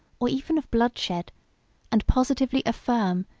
or even of bloodshed and positively affirm,